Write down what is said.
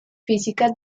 física